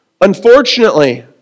Unfortunately